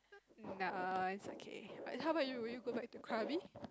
nah is okay how about you will you go back to Krabi